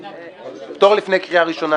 אני מדגיש: פטור לפני קריאה ראשונה.